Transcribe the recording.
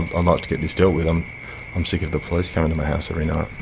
and and to get this dealt with, um i'm sick of the police coming to my house every night.